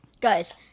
Guys